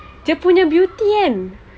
dia punya beauty kan